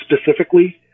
specifically